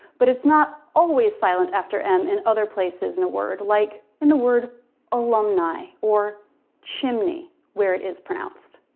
but it's not always silent after m in other places in a word like in the word alumni or chimney where it is pronounced.